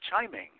chiming